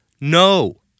No